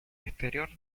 exterior